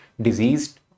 diseased